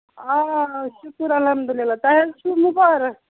آ آ شُکُر الحمدُاللہ تۄہہِ حظ چھُو مُبارَک